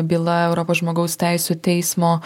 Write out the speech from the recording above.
byla europos žmogaus teisių teismo